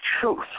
truth